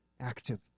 active